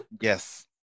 yes